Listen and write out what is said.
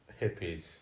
hippies